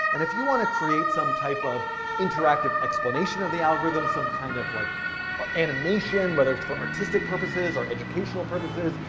and if you want to create some type of interactive explanation of the algorithm, some kind of like animation, whether it's for artistic purposes or educational purposes,